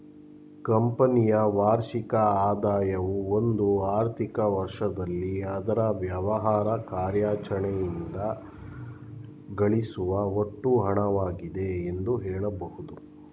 ಕಂಪನಿಯ ವಾರ್ಷಿಕ ಆದಾಯವು ಒಂದು ಆರ್ಥಿಕ ವರ್ಷದಲ್ಲಿ ಅದ್ರ ವ್ಯವಹಾರ ಕಾರ್ಯಾಚರಣೆಯಿಂದ ಗಳಿಸುವ ಒಟ್ಟು ಹಣವಾಗಿದೆ ಎಂದು ಹೇಳಬಹುದು